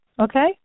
okay